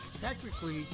technically